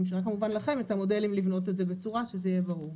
אני משאירה כמובן לכם את המודלים לבנות את זה בצורה שזה יהיה ברור.